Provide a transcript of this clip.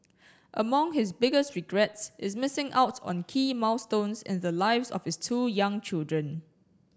among his biggest regrets is missing out on key milestones in the lives of his two young children